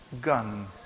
gun